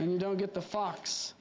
and you don't get the fox